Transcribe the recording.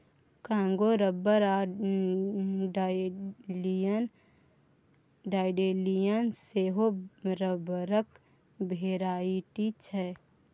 Congo rubber आ dandelion सेहो रबरक भेराइटी छै